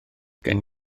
gen